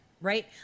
Right